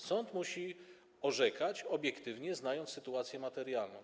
Sąd musi orzekać obiektywnie, znając sytuację materialną.